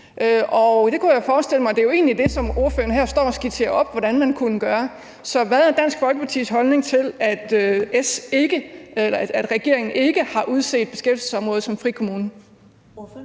Det er jo egentlig det, som ordføreren her står og skitserer hvordan man kunne gøre. Så hvad er Dansk Folkepartis holdning til, at regeringen ikke har udset beskæftigelsesområdet til frikommuneforsøg?